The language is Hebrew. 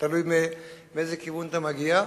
תלוי מאיזה כיוון אתה מגיע.